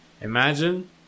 imagine